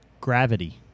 Gravity